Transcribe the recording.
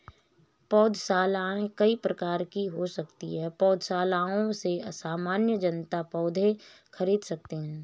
पौधशालाएँ कई प्रकार की हो सकती हैं पौधशालाओं से सामान्य जनता पौधे खरीद सकती है